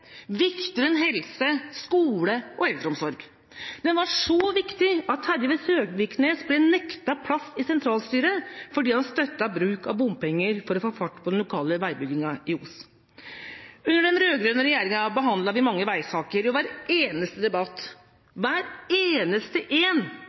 enn helse, skole og eldreomsorg. Den var så viktig at Terje Søviknes ble nektet plass i sentralstyret fordi han støttet bruk av bompenger for å få fart på den lokale veibygginga i Os. Under den rød-grønne regjeringa behandlet vi mange veisaker, og i hver eneste debatt